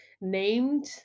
named